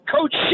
Coach